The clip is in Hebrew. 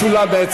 בעצם, משולב.